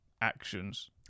actions